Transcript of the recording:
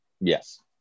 Yes